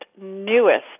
newest